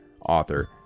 author